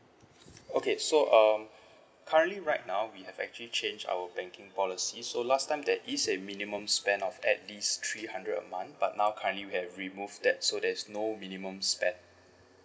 okay so um currently right now we have actually change our banking policy so last time there is a minimum spend of at least three hundred a month but now currently we have remove that so there is no minimum spend